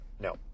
No